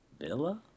Villa